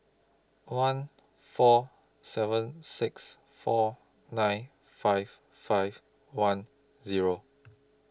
one four seven six four nine five five one Zero